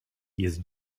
jest